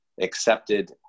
accepted